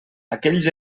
aquells